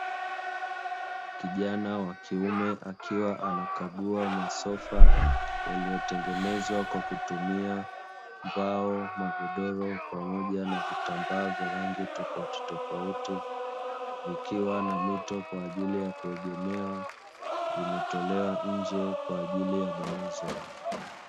Kijana wa kiume akiwa anakagua masofa, yaliyotengenezwa kwa kutumia mbao, magodoro pamoja na vitambaa vya rangi tofautitofauti, ikiwa na mito kwa ajili ya kuegemea vimetolewa nje kwa ajili ya mauzo.